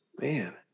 man